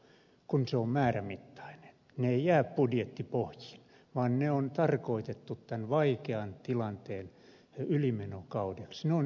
ne eivät jää budjettipohjiin vaan ne on tarkoitettu tämän vaikean tilanteen ylimenokaudeksi